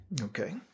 okay